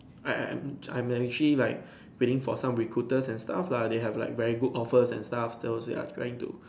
I I am I am actually like waiting for some recruiters and stuff lah they have like very good offers and stuff those they are trying to